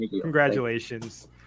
congratulations